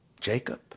Jacob